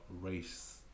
race